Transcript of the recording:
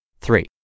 Three